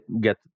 get